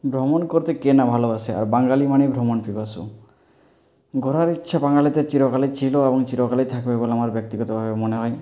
ভ্রমণ করতে কে না ভালোবাসে আর বাঙালি মানেই ভ্রমণপিপাসু ঘোরার ইচ্ছা বাঙালিদের চিরকালই ছিল এবং চিরকালই থাকবে বলে আমার ব্যক্তিগতভাবে মনে হয়